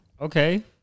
Okay